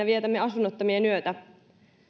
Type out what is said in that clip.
vietämme asunnottomien yötä